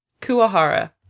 Kuahara